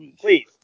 please